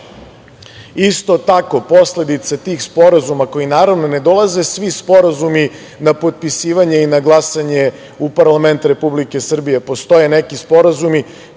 tako, posledice tih sporazuma koji, naravno, ne dolaze svi sporazumi na potpisivanje i na glasanje u parlament Republike Srbije, postoje neki sporazumi